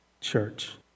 church